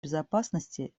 безопасности